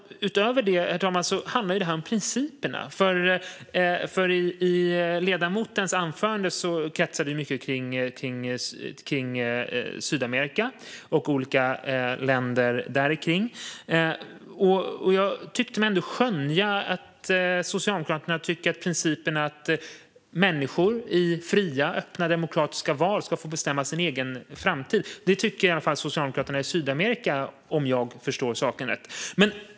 Utöver det handlar det här om principer. Ledamotens anförande kretsade mycket kring Sydamerika och olika länder där. Jag tyckte mig ändå skönja att Socialdemokraterna tycker att människor ska få bestämma sin egen framtid i fria och öppna demokratiska val. Det tycker i alla fall Socialdemokraterna när det gäller Sydamerika om jag förstår saken rätt.